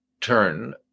turn